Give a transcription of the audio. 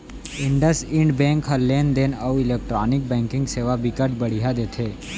IndusInd bank ह लेन देन अउ इलेक्टानिक बैंकिंग सेवा बिकट बड़िहा देथे